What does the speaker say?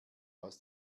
aus